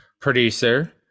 producer